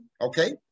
okay